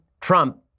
Trump